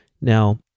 Now